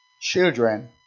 children